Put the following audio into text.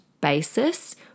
basis